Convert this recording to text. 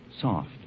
Soft